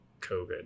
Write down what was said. COVID